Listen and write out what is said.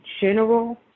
general